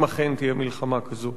אם אכן תהיה מלחמה כזאת.